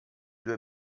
due